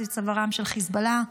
סביב צווארה של חיזבאללה.